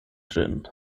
ĝin